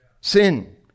Sin